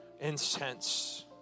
incense